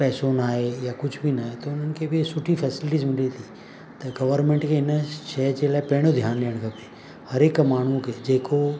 पैसो न आहे या कुझु बि न आहे त उन्हनि खे बि सुठी फैसिलिटी मिले थी त गवर्नमेंट खे इन शइ जे लाइ पहिरियों ध्यानु ॾियणु खपे हर हिकु माण्हू खे जेको